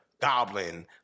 goblin